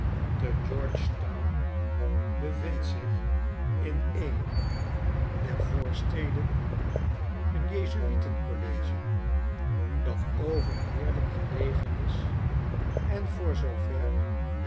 te george town bevindt zich in een der schetsen uit amertka voorsteden een jezuieten college datoverheerlijk gelegen is en voor zoover